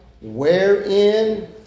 Wherein